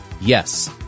Yes